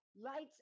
lights